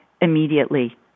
immediately